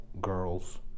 girls